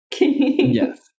Yes